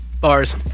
bars